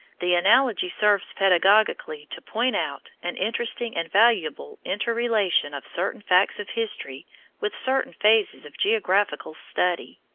the analogy serves pedagogically to point out an interesting and valuable interrelation of certain facts of history with certain phases of geographical study.